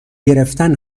گرفتن